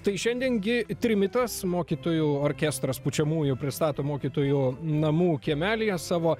tai šiandien gi trimitas mokytojų orkestras pučiamųjų pristato mokytojų namų kiemelyje savo